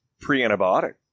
pre-antibiotic